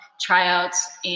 tryouts